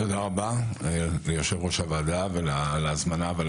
תודה רבה ליושב-ראש הוועדה על ההזמנה ועל